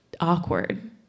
awkward